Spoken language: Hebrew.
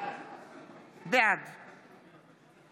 בעד